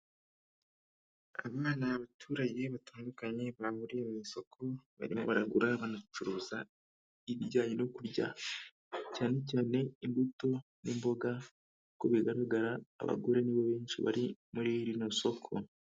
Aba ni abaturage batandukanye bahuriye mu isoko, barimo baragura banacuruza ibijyanye no kurya, cyane cyane imbuto n'imboga, uko bigaragara abagore ni bo benshi bari muri rino soko.